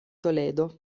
toledo